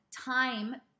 time